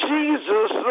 Jesus